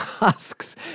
asks